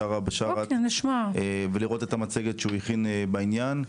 בשארה בשאראת ולראות את המצגת שהוא הכין בעניין,